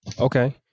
Okay